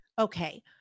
Okay